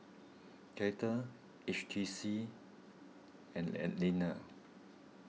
Kettle H T C and Anlene